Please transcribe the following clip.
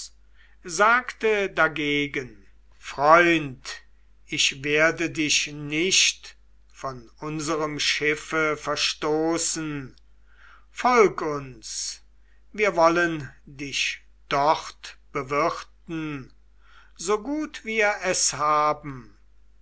sagte dagegen freund ich werde dich nicht von unserem schiffe verstoßen folg uns wir wollen dich dort bewirten so gut wir es haben